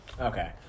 Okay